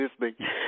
listening